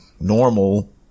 normal